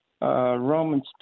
Romans